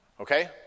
Okay